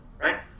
right